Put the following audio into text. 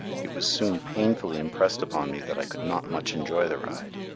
it was soon painfully impressed upon me that i could not much enjoy the ride,